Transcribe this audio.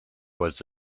was